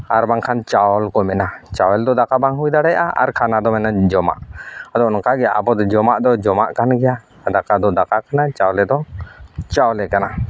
ᱟᱨ ᱵᱟᱝᱠᱷᱟᱱ ᱪᱟᱣᱩᱞ ᱠᱚ ᱢᱮᱱᱟ ᱪᱟᱣᱩᱞ ᱫᱚ ᱫᱟᱠᱟ ᱵᱟᱝ ᱦᱩᱭ ᱫᱟᱲᱭᱟᱜᱼᱟ ᱟᱨ ᱠᱷᱟᱱᱟ ᱫᱚ ᱢᱟᱱᱮ ᱡᱚᱢᱟᱜ ᱟᱫᱚ ᱱᱚᱝᱠᱟᱜᱮ ᱟᱵᱚ ᱫᱚ ᱡᱚᱢᱟᱜ ᱫᱚ ᱡᱚᱢᱟᱜ ᱠᱟᱱ ᱜᱮᱭᱟ ᱟᱨ ᱫᱟᱠᱟ ᱫᱚ ᱫᱟᱠᱟ ᱠᱟᱱᱟ ᱪᱟᱣᱞᱮ ᱫᱚ ᱪᱟᱣᱞᱮ ᱠᱟᱱᱟ